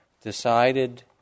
decided